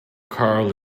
karl